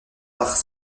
bars